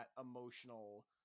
emotional